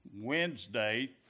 Wednesday